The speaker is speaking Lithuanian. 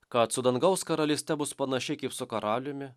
kad su dangaus karalyste bus panašiai kaip su karaliumi